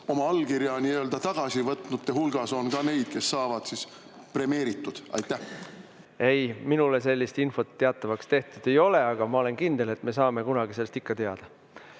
oma allkirja tagasi võtnute hulgas on ka neid, kes saavad premeeritud? Ei, minule sellist infot teatavaks tehtud ei ole, aga ma olen kindel, et me saame kunagi sellest ikka teada.